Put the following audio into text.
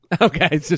Okay